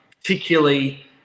Particularly